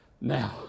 Now